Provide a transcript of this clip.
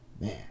man